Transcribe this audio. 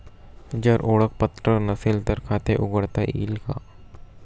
जर ओळखपत्र नसेल तर खाते उघडता येईल का?